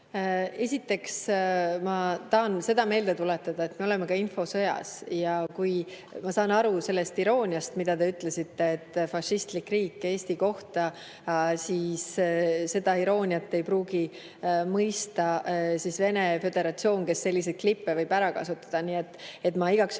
Esiteks ma tahan meelde tuletada, et me oleme ka infosõjas. Ja kui ma sain õigesti aru sellest irooniast, kui te ütlesite "fašistlik riik" Eesti kohta, siis seda irooniat ei pruugi mõista Vene Föderatsioon, kes selliseid klippe võib ära kasutada. Ma igaks juhuks ütlen,